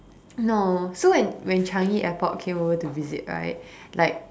no so when when Changi airport came over to visit right like